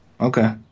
Okay